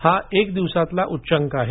हा एका दिवसातला उच्चांक आहे